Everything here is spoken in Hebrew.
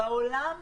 בעולם,